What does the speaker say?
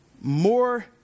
more